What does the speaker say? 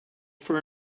for